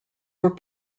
were